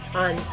on